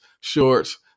shorts